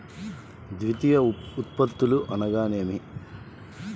ద్వితీయ ఉత్పత్తులు అనగా నేమి?